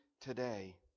today